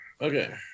okay